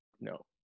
no